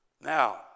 Now